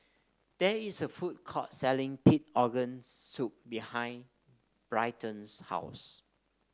there is a food court selling Pig Organ Soup behind Britton's house